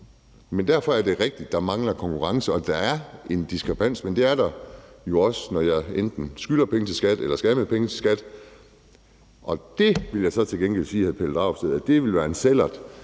Men det er rigtigt, at der mangler konkurrence, og der er en diskrepans, men det er der jo også, når jeg enten skylder penge til skattevæsenet eller skal have penge fra skattevæsenet. Og der vil jeg til gengæld sige til hr. Pelle